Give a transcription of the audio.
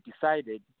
decided